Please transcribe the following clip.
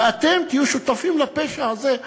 ואתם תהיו שותפים לפשע הזה,